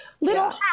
Little